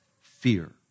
fear